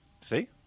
See